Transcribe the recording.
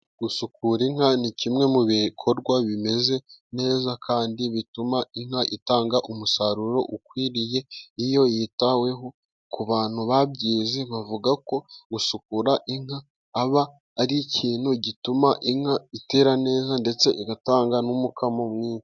Gusukura inka ni kimwe mu bikorwa bimeze neza kandi bituma inka itanga umusaruro ukwiriye, iyo yitaweho ku bantu babyize bavuga ko gusukura inka aba ar'ikintu gituma inka itera neza ndetse igatanga n'umukamo mwinshi.